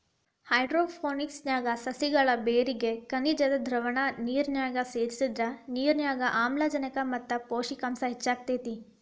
hydroponics ನ್ಯಾಗ ಸಸಿಗಳ ಬೇರಿಗೆ ಖನಿಜದ್ದ ದ್ರಾವಣ ನಿರ್ನ್ಯಾಗ ಸೇರ್ಸಿದ್ರ ನಿರ್ನ್ಯಾಗ ಆಮ್ಲಜನಕ ಮತ್ತ ಪೋಷಕಾಂಶ ಹೆಚ್ಚಾಕೇತಿ